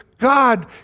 God